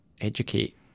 educate